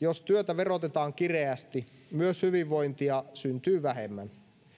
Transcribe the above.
jos työtä verotetaan kireästi myös hyvinvointia syntyy vähemmän